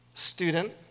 student